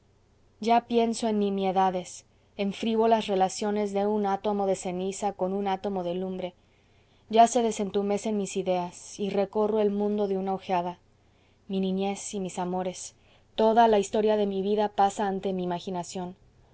ya pienso en nimiedades en frívolas relaciones de un átomo de ceniza con un átomo de lumbre ya se desentumecen mis ideas y recorro el mundo de una ojeada mi niñez y mis amores toda la historia de mi vida pasa ante mi imaginación